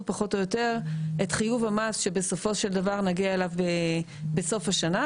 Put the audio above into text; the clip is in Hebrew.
פחות או יותר את חיוב המס שבסופו של דבר נגיע אליו בסוף השנה,